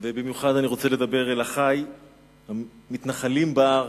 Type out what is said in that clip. ובמיוחד אני רוצה לדבר אל אחי המתנחלים בהר,